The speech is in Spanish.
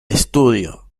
estudio